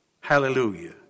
hallelujah